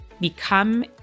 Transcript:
become